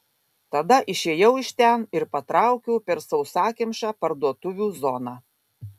tada išėjau iš ten ir patraukiau per sausakimšą parduotuvių zoną